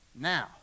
Now